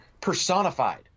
personified